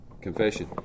confession